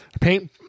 Paint